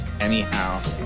anyhow